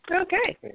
Okay